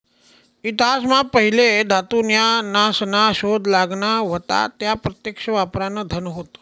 इतिहास मा पहिले धातू न्या नासना शोध लागना व्हता त्या प्रत्यक्ष वापरान धन होत